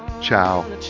Ciao